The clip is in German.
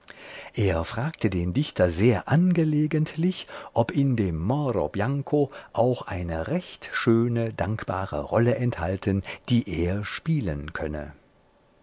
er fragte den dichter sehr angelegentlich ob in dem moro bianco auch eine recht schöne dankbare rolle enthalten die er spielen könne